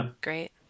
Great